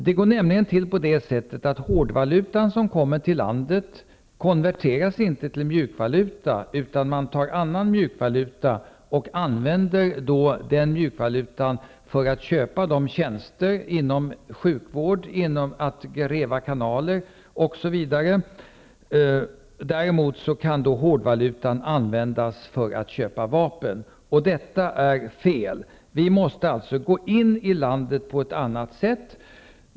Det går nämligen till på det sättet att hårdvalutan som kommer till landet inte konverteras till mjukvaluta, utan man tar annan mjukvaluta till att köpa tjänster inom sjukvård, att gräva kanaler osv. Däremot kan hårdvalutan användas för att köpa vapen, och det är fel. Vi måste alltså gå in i landet på ett annat sätt.